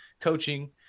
coaching